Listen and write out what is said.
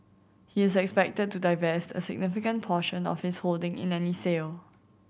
he is expected to divest a significant portion of his holding in any sale